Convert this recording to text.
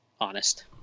honest